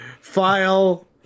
File